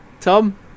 Tom